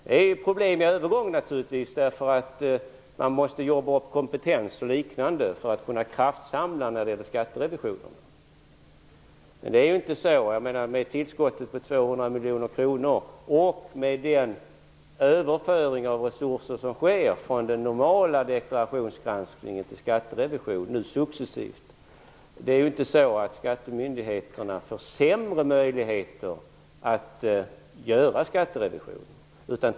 Det blir problem i övergången därför att man måste jobba upp kompetensen för att åstadkomma en kraftsamling när det gäller skatterevision. Men med tillskottet på 200 miljoner kronor och den överföring av resurser som sker successivt, från den normala deklarationsgranskningen till skatterevision, får inte skattemyndigheterna sämre möjligheter att göra skatterevision.